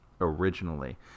originally